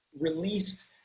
released